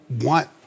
want